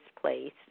place